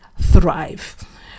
thrive